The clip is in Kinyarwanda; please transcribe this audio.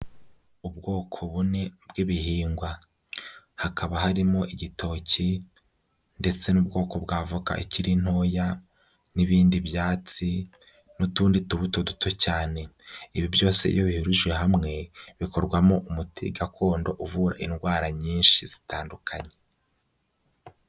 Ubwoko bune bw'ibihingwa. Hakaba harimo igitoki ndetse n'ubwoko bwa voka ikiri ntoya n'ibindi byatsi n'utundi tubuto duto cyane, ibi byose iyo bihurijwe hamwe bikorwamo umuti gakondo uvura indwara nyinshi zitandukanye.